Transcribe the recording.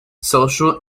social